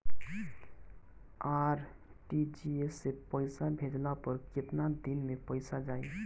RTGS से पईसा भेजला पर केतना दिन मे पईसा जाई?